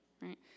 Right